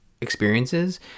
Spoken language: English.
experiences